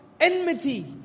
enmity